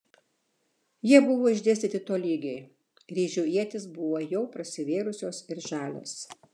jie buvo išdėstyti tolygiai ryžių ietys buvo jau prasivėrusios ir žalios